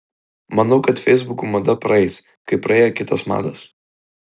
manau kad feisbukų mada praeis kaip praėjo kitos mados